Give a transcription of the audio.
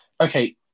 okay